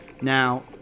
Now